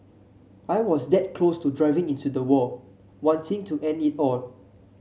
I was that close to driving into the wall wanting to end it all